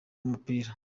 umupira